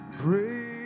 great